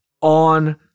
on